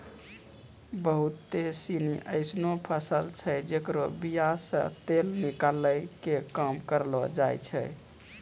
बहुते सिनी एसनो फसल छै जेकरो बीया से तेल निकालै के काम करलो जाय छै